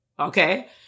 Okay